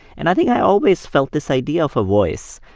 and i think i always felt this idea of a voice.